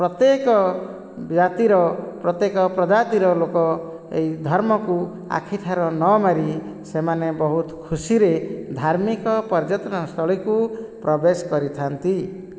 ପ୍ରତ୍ୟେକ ଜାତିର ପ୍ରତ୍ୟେକ ପ୍ରଜାତିର ଲୋକ ଏହି ଧର୍ମକୁ ଆଖିଠାର ନ ମାରି ସେମାନେ ବହୁତ ଖୁସିରେ ଧାର୍ମିକ ପର୍ଯ୍ୟଟନ ସ୍ଥଳୀକୁ ପ୍ରବେଶ କରିଥାନ୍ତି